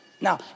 Now